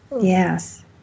Yes